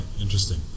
interesting